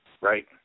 Right